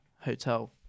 hotel